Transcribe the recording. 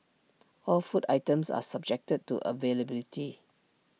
all food items are subjected to availability